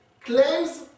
claims